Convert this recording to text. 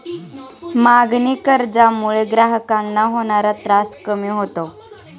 मागणी कर्जामुळे ग्राहकांना होणारा त्रास कमी होतो